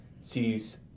sees